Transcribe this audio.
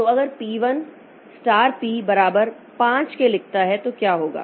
तो अगर P 1 star P बराबर 5 के लिखता है तो क्या होगा